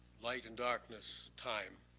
light and darkness, time.